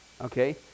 Okay